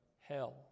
Hell